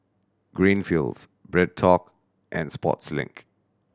Greenfields BreadTalk and Sportslink